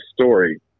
story